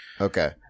Okay